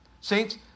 Saints